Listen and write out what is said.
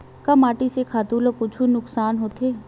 का माटी से खातु ला कुछु नुकसान होथे?